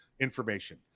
information